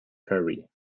prairie